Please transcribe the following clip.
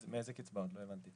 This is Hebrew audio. איזה קצבאות, לא הבנתי.